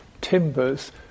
timbers